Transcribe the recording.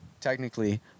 technically